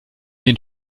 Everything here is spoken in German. den